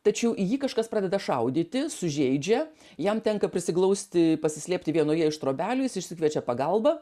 tačiau jį kažkas pradeda šaudyti sužeidžia jam tenka prisiglausti pasislėpti vienoje iš trobelių jis išsikviečia pagalbą